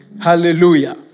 Hallelujah